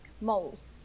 moles